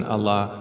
Allah